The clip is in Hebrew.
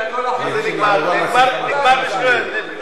אני חושב שנגמרו המציעים, כמה מציעים היו?